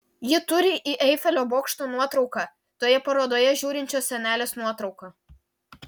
ji turi į eifelio bokšto nuotrauką toje parodoje žiūrinčios senelės nuotrauką